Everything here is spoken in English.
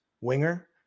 winger